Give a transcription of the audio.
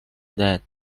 date